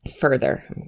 further